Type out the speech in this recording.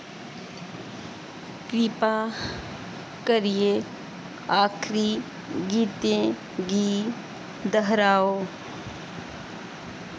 किरपा करियै आखरी गीतै गी दर्हाओ